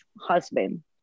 husband